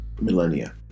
millennia